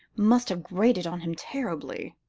must have grated on him terribly.